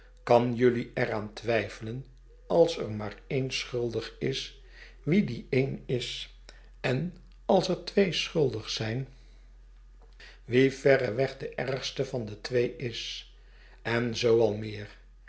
kan jelui er aan twijfelen als er maar een schuldigis wie die een is en als er twee schuldig zijn wie verreweg de ergste van de twee is en zoo al meer